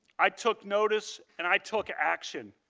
i took notice and i took action.